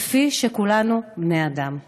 כפי שכולנו בני אדם.